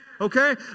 Okay